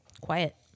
quiet